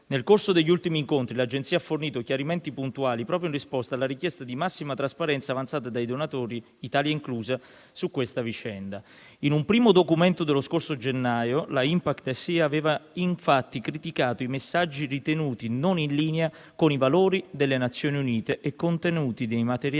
Nel corso degli ultimi incontri l'Agenzia ha fornito chiarimenti puntuali proprio in risposta alla richiesta di massima trasparenza avanzata dai donatori, Italia inclusa, su questa vicenda. In un primo documento dello scorso gennaio, la Impact-SE aveva, infatti, criticato i messaggi, ritenuti non in linea con i valori delle Nazioni Unite, e i contenuti dei materiali